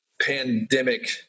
pandemic